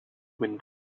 wind